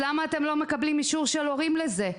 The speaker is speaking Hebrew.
למה אתם לא מקבלים אישור של הורים לזה?